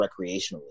recreationally